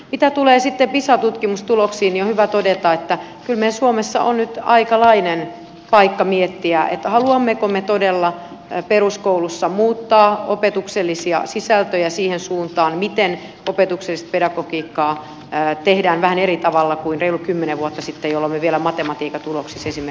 mitä tulee sitten pisa tutkimustuloksiin niin on hyvä todeta että kyllä meillä suomessa on nyt aikamoinen paikka miettiä haluammeko me todella peruskoulussa muuttaa opetuksellisia sisältöjä siihen suuntaan miten opetuksellista pedagogiikkaa tehdään vähän eri tavalla kuin reilut kymmenen vuotta sitten jolloin me vielä esimerkiksi matematiikan tuloksissa pärjäsimme